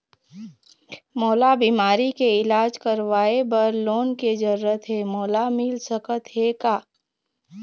मोला बीमारी के इलाज करवाए बर लोन के जरूरत हे मोला मिल सकत हे का?